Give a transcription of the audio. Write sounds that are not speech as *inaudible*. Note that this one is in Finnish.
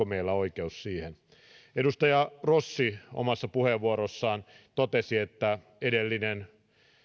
*unintelligible* meillä oikeus siihen edustaja rossi omassa puheenvuorossaan totesi että edellinen